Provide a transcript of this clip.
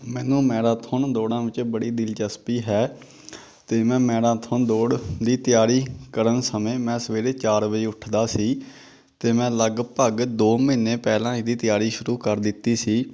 ਮੈਨੂੰ ਮੈਰਾਥੋਨ ਦੌੜਾਂ ਵਿੱਚ ਬੜੀ ਦਿਲਚਸਪੀ ਹੈ ਅਤੇ ਮੈਂ ਮੈਰਾਥੋਨ ਦੌੜ ਦੀ ਤਿਆਰੀ ਕਰਨ ਸਮੇਂ ਮੈਂ ਸਵੇਰੇ ਚਾਰ ਵਜੇ ਉੱਠਦਾ ਸੀ ਅਤੇ ਮੈਂ ਲਗਭਗ ਦੋ ਮਹੀਨੇ ਪਹਿਲਾਂ ਇਹਦੀ ਤਿਆਰੀ ਸ਼ੁਰੂ ਕਰ ਦਿੱਤੀ ਸੀ